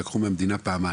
לקחו מהמדינה פעמיים: